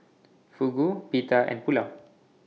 Fugu Pita and Pulao